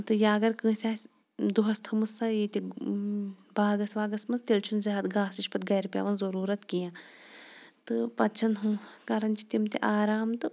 تہٕ یا اَگَر کٲنٛسہِ آسہِ دۄہَس تھٲمٕژ سۄ ییٚتہِ باغَس واغَس مَنٛز تیٚلہِ چھُنہٕ زیادٕ گاسٕچ پَتہٕ گَرِ پیٚوان ضروٗرَت کیٚنٛہہ تہٕ پَتہٕ چھَنہٕ یِم کَران چھِ تِم تہٕ آرام تہٕ